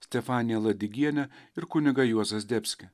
stefaniją ladigienę ir kunigą juozą zdebskį